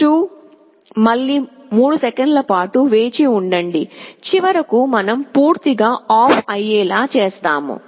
2 మళ్ళీ 3 సెకన్ల పాటు వేచి ఉండి చివరకు మనం పూర్తిగా ఆఫ్ అయ్యేలా చేస్తాము